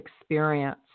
experience